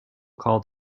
called